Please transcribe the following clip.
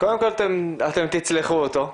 קודם כל אתם תצלחו אותו.